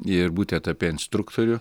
ir būtent apie instruktorių